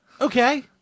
okay